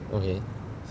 okay